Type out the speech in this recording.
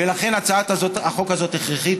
ולכן הצעת החוק הזאת הכרחית.